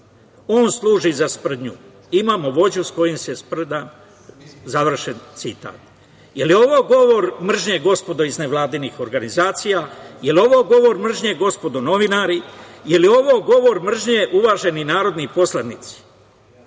on služi za sprdnju, imamo vođu s kojim se sprdam, završen citat. Da li je ovo govor mržnje, gospodo iz nevladinih organizacija. Jel ovo govor mržnje, gospodo novinari? Jel ovo govor mržnje, uvaženi narodni poslanici?